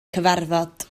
cyfarfod